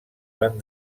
van